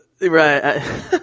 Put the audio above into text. Right